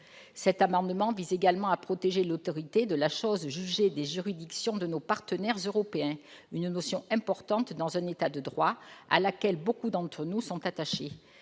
Cet amendement vise également à protéger l'autorité de la chose jugée des décisions juridictionnelles de nos partenaires européens, une notion importante dans un État de droit, à laquelle beaucoup d'entre nous sont attachés.